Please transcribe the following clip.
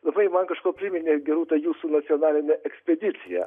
labai man kažkuo priminė gerūta jūsų nacionalinę ekspediciją